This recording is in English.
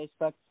Facebook